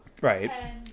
Right